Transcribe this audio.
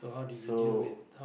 so